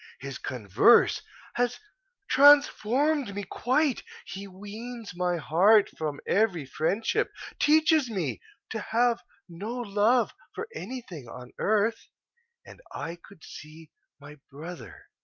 his converse has transformed me quite he weans my heart from every friendship, teaches me to have no love for anything on earth and i could see my brother,